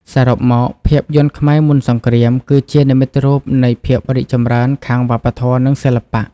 សរុបមក ភាពយន្តខ្មែរមុនសង្គ្រាមគឺជានិមិត្តរូបនៃភាពរីកចម្រើនខាងវប្បធម៌ និងសិល្បៈ។